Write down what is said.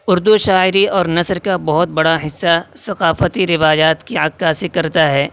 اردو شاعری اور نثر کا بہت بڑا حصہ ثقافتی روایات کی عکاسی کرتا ہے